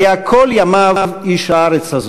היה כל ימיו איש הארץ הזאת,